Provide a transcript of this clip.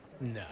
No